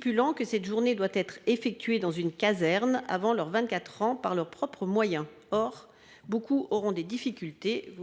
précisant que cette journée doit être effectuée dans une caserne avant leurs 24 ans, par leurs propres moyens. Or beaucoup auront des difficultés